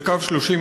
וקו 30,